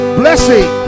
blessing